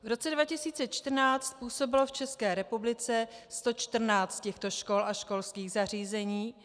V roce 2014 působilo v České republice 114 těchto škol a školských zařízení.